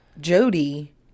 Jody